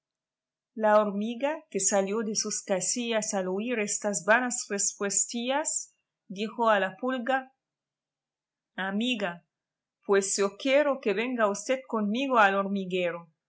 la hormiga que salió de sus casillas al oír estas vanas respuestillas dijo a la pulga amiga pues yo quiero que venga usted conmigo al hormiguero